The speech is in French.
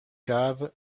cave